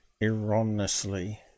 erroneously